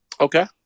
Okay